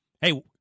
Hey